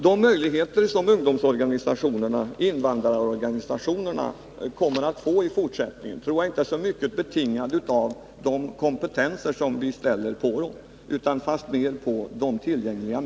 De möjligheter som ungdomsorganisationerna och invandrarorganisationerna kommer att få i fortsättningen tror jag inte är så mycket betingade av de krav på kompetens som vi ställer på revisorerna utan fastmer av de medel som är tillgängliga.